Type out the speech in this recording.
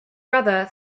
brother